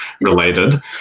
related